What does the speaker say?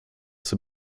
zur